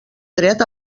dret